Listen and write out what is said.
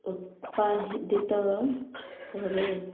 ଉତ୍ପାଦିତ କରେ